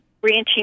branching